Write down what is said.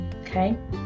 okay